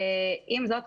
עם זאת,